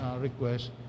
request